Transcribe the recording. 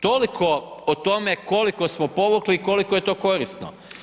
Toliko o tome koliko smo povukli i koliko je to korisno.